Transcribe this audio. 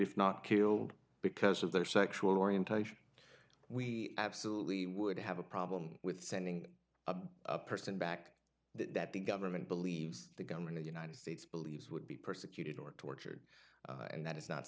if not killed because of their sexual orientation we absolutely would have a problem with sending a person back that the government believes the government a united states believes would be persecuted or tortured and that is not